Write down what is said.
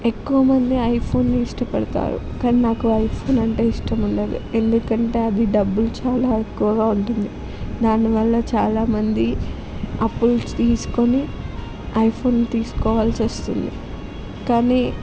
ఎక్కువమంది ఐఫోన్ని ఇష్టపడతారు కానీ నాకు ఐఫోన్ అంటే ఇష్టం ఉండదు ఎందుకంటే అది డబ్బులు చాలా ఎక్కువగా ఉంటుంది దానివల్ల చాలా మంది అప్పులు తీసుకుని ఐఫోన్ తీసుకోవాల్సి వస్తుంది కానీ